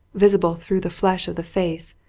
visible through the flesh of the face,